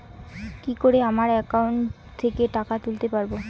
কি করে আমার একাউন্ট থেকে টাকা তুলতে পারব?